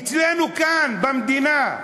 אצלנו, כאן, במדינה,